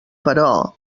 però